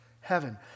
heaven